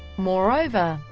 moreover,